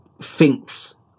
thinks